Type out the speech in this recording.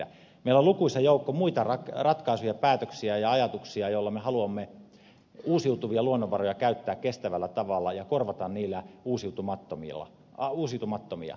meillä on lukuisa joukko muita ratkaisuja päätöksiä ja ajatuksia joilla me haluamme uusiutuvia luonnonvaroja käyttää kestävällä tavalla ja korvata niillä uusiutumattomia